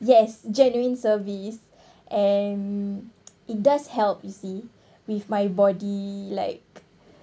yes genuine service and it does help you see with my body like